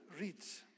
reads